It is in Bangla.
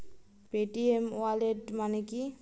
পেটিএম ওয়ালেট মানে কি?